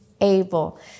able